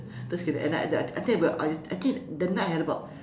just kidding at night I I think about I'll that night had about